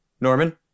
Norman